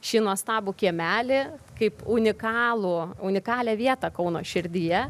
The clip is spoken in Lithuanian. šį nuostabų kiemelį kaip unikalų unikalią vietą kauno širdyje